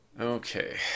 Okay